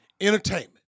Entertainment